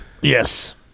Yes